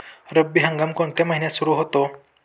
रब्बी हंगाम कोणत्या महिन्यात सुरु होतो?